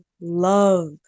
love